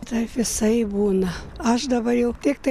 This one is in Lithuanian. taip visaip būna aš dabar jau tiktai